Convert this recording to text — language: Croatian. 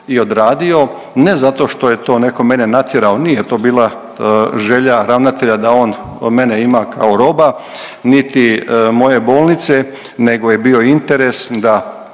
i odradio, ne zato što je to neko mene natjerao, nije to bila želja ravnatelja da on mene ima kao roba, niti moje bolnice, nego je bio interes da